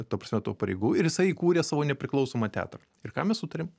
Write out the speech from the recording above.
ta prasme tų pareigų ir jisai įkūrė savo nepriklausomą teatrą ir ką mes sutarėm